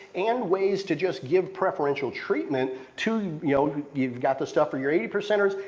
and ways to just give preferential treatment to, you know, you've got the stuff for your eighty percenters,